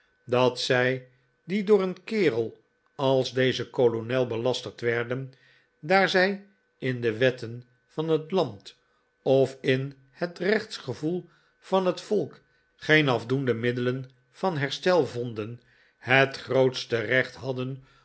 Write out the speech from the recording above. dat zij die door een kerel als deze kolonel belasterd werden daar zij in de i wetten van het land of in het rechtsgevoel van het volk geen afdoende middelen van herstel vonden het grootste recht hadden